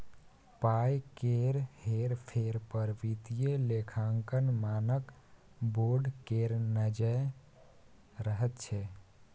पाय केर हेर फेर पर वित्तीय लेखांकन मानक बोर्ड केर नजैर रहैत छै